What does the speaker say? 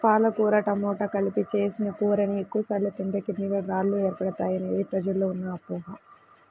పాలకూర టమాట కలిపి చేసిన కూరని ఎక్కువ సార్లు తింటే కిడ్నీలలో రాళ్లు ఏర్పడతాయనేది ప్రజల్లో ఉన్న అపోహ